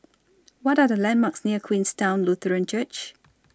What Are The landmarks near Queenstown Lutheran Church